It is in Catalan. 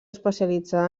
especialitzada